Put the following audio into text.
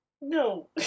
no